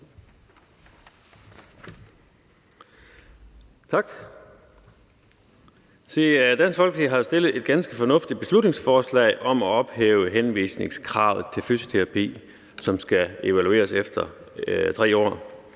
Dansk Folkeparti har fremsat et ganske fornuftigt beslutningsforslag om at ophæve henvisningskravet til fysioterapi, hvilket så skal evalueres efter 3 år.